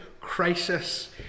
crisis